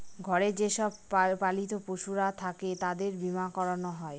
ঘরে যে সব পালিত পশুরা থাকে তাদের বীমা করানো হয়